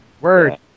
Word